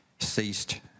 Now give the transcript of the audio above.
Ceased